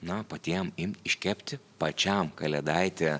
na patiem imt iškepti pačiam kalėdaitį